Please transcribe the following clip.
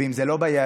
ואם זה לא ביעדים,